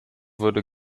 wurde